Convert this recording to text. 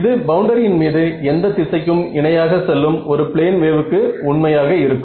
இது பவுண்டரியின் மீது எந்த திசைக்கும் இணையாக செல்லும் ஒரு ப்ளேன் வேவுக்கு உண்மையாக இருக்கும்